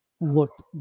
looked